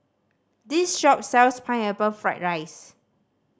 this shop sells Pineapple Fried rice